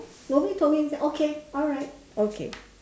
nobody told me anything okay alright okay